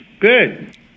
good